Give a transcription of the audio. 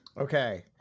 Okay